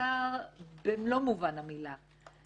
יקר במלוא מובן המילה.